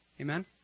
Amen